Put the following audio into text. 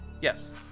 Yes